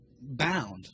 bound